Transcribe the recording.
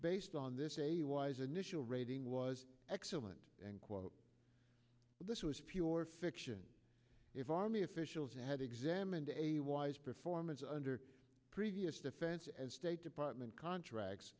based on this a wise initial rating was excellent and quote this was pure fiction if army officials had examined a wise performance under previous defense and state department contracts